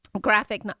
graphic